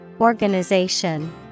Organization